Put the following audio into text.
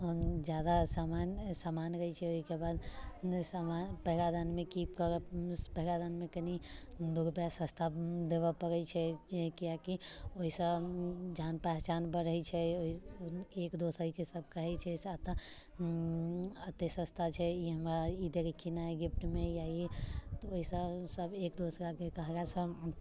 जादा समान समान रहैत छै ओहिके बाद समान पेरादानमे की करऽ पेरादानमे दू रुपआ सस्ता देबऽ पड़ैत छै चीज किएकि ओहिसँ जान पहचान बढ़ैत छै एक दोसरके सभ कहैत छै से एतऽ एतेक सस्ता छै ई हमरा ई देलखिन हँ गिफ्टमे या ई तऽ ओहिसँ सभ एक दोसरा के कहलासँ